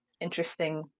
interesting